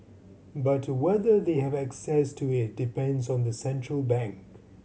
but whether they have access to it depends on the central bank